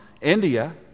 India